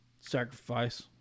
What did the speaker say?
sacrifice